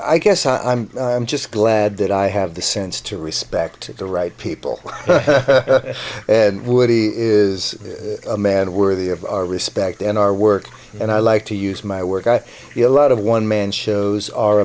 guess i'm just glad that i have the sense to respect the right people and woody is a man worthy of our respect and our work and i like to use my work i feel a lot of one man shows are